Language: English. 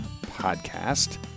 Podcast